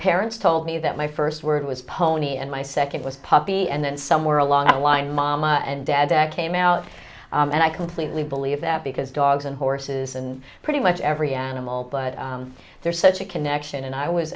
parents told me that my first word was pony and my second was puppy and then somewhere along the line mom and dad came out and i completely believe that because dogs and horses and pretty much every animal but there's such a connection and i was